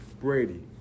Brady